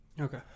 okay